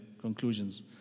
conclusions